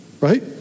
right